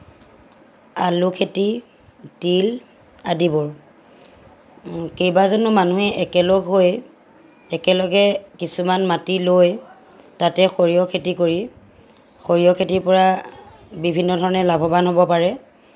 আলু খেতি তিল আদিবোৰ কেইবাজনো মানুহে একেলগ হৈ একেলগে কিছুমান মাটি লৈ তাতে সৰিয়হ খেতি কৰি সৰিয়হ খেতিৰ পৰা বিভিন্ন ধৰণে লাভৱান হ'ব পাৰে